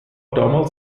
damals